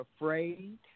afraid